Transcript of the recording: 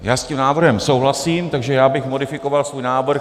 Já s tím návrhem souhlasím, takže bych modifikoval svůj návrh.